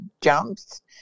jumps